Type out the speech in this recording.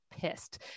pissed